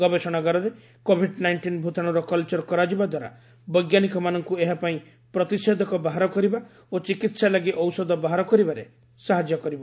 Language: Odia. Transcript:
ଗବେଷଣାଗାରରେ କୋଭିଡ୍ ନାଇଂଟିନ୍ ଭୂତାଣୁର କଲଚର କରାଯିବା ଦ୍ୱାରା ବୈଜ୍ଞାନିକମାନଙ୍କୁ ଏହା ପାଇଁ ପ୍ରତିଷେଧକ ବାହାର କରିବା ଓ ଚିକିତ୍ସା ଲାଗି ଔଷଧ ବାହାର କରିବାରେ ଏହା ସାହାଯ୍ୟ କରିବ